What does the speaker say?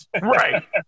Right